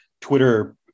Twitter-